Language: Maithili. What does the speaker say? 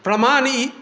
प्रमाण ई